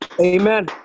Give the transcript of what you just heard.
Amen